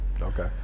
Okay